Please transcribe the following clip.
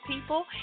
people